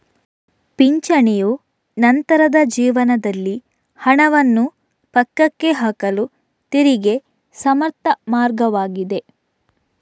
ಪಿಂಚಣಿಯು ನಂತರದ ಜೀವನದಲ್ಲಿ ಹಣವನ್ನು ಪಕ್ಕಕ್ಕೆ ಹಾಕಲು ತೆರಿಗೆ ಸಮರ್ಥ ಮಾರ್ಗವಾಗಿದೆ